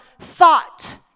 thought